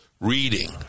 reading